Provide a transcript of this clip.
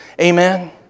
Amen